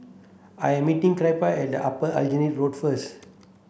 I am meeting Kyra at Upper Aljunied Road first